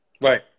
Right